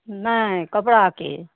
नहि कपड़ाके